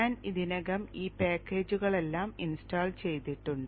ഞാൻ ഇതിനകം ഈ പാക്കേജുകളെല്ലാം ഇൻസ്റ്റാൾ ചെയ്തിട്ടുണ്ട്